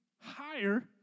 higher